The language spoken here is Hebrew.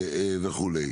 וכו'.